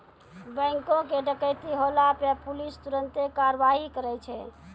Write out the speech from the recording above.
बैंको के डकैती होला पे पुलिस तुरन्ते कारवाही करै छै